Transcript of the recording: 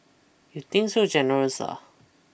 you think so generous ah